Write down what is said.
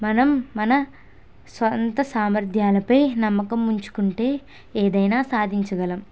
మనం మన సొంత సామర్ధ్యాలపై నమ్మకం ఉంచుకుంటే ఏదైనా సాధించగలం